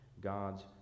God's